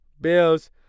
Bills